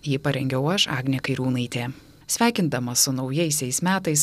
jį parengiau aš agnė kairiūnaitė sveikindamas su naujaisiais metais